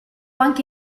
anche